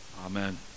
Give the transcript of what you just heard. Amen